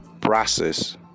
process